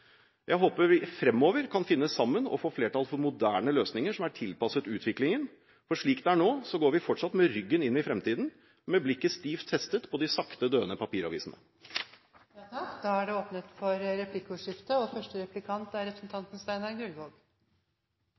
Jeg håper vi fremover kan finne sammen og få flertall for moderne løsninger som er tilpasset utviklingen. Slik det er nå, går vi fortsatt med ryggen inn i framtiden og med blikket stivt festet på de sakte døende papiravisene. Det blir replikkordskifte. Jeg konstaterer at det er et skifte i den mediepolitiske retningen som Stortinget ønsker å ha. Nå blir det ikke flertall for